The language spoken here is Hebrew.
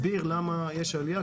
אני מסביר למה יש עלייה,